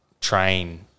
train